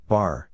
Bar